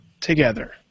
together